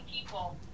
people